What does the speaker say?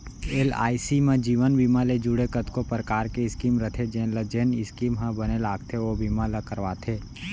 LIC म जीवन बीमा ले जुड़े कतको परकार के स्कीम रथे जेन ल जेन स्कीम ह बने लागथे ओ बीमा ल करवाथे